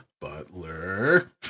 butler